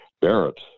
Barrett